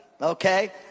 Okay